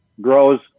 grows